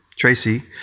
Tracy